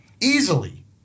easily